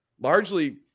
largely